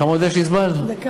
כמה זמן נותר לי?